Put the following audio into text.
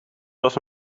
was